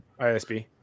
isb